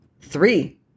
Three